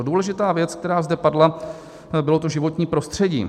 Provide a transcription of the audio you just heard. Důležitá věc, která zde padla, bylo to životní prostředí.